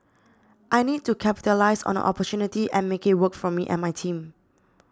I need to capitalise on the opportunity and make it work for me and my team